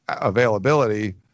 availability